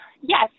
Yes